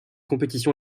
compétition